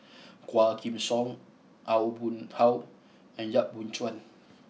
Quah Kim Song Aw Boon Haw and Yap Boon Chuan